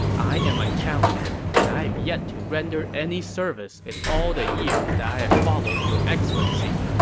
i am untalented, and i have yet to render any service in all the years that i have followed your excellency.